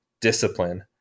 discipline